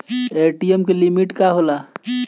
ATM की limit का होला?